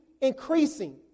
increasing